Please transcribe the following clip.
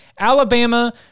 Alabama